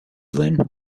lynn